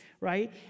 right